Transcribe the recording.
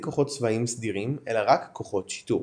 כוחות צבא סדירים אלא רק כוחות שיטור.